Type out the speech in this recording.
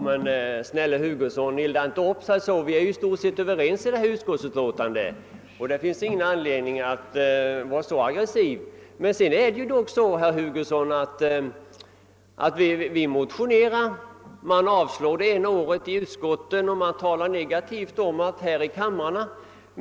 Herr talman! Bästa herr Hugosson, hetsa inte upp Er så där! Vi är i stort sett överens om utskottets förslag, och det finns ingen anledning att vara så aggressiv. Det är dock så, herr Hugosson, att vi motionerar, varefter förslagen avstyrks i utskottet det ena året och det talas negativt om dem i kamrarna.